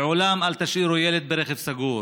לעולם אל תשאירו ילד ברכב סגור,